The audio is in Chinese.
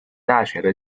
大学